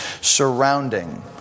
surrounding